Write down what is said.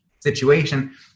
situation